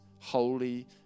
holy